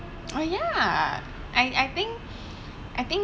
oh ya I think I think